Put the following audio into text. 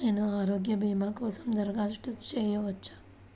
నేను ఆరోగ్య భీమా కోసం దరఖాస్తు చేయవచ్చా?